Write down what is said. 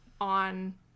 on